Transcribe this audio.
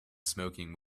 smoking